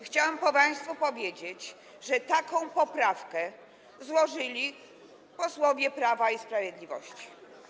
Chciałabym państwu powiedzieć, że taką poprawkę złożyli posłowie Prawa i Sprawiedliwości.